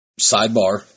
Sidebar